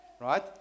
Right